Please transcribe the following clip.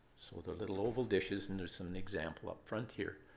so they're little oval dishes, and there's and an example up front here.